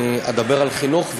אני אדבר על חינוך,